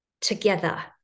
together